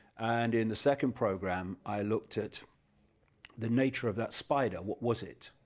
and in the second program i looked at the nature of that spider what was it?